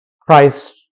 Christ